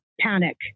panic